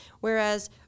whereas